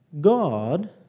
God